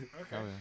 Okay